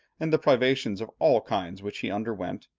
and the privations of all kinds which he underwent,